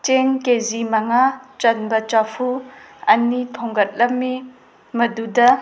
ꯆꯦꯡ ꯀꯦ ꯖꯤ ꯃꯉꯥ ꯆꯟꯕ ꯆꯐꯨ ꯑꯅꯤ ꯊꯣꯡꯒꯠꯂꯝꯃꯤ ꯃꯗꯨꯗ